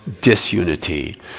disunity